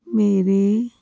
ਮੇਰੇ